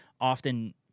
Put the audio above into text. often